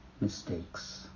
mistakes